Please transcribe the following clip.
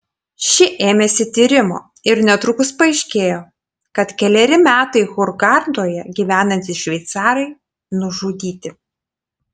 ši ėmėsi tyrimo ir netrukus paaiškėjo kad keleri metai hurgadoje gyvenantys šveicarai nužudyti